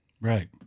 Right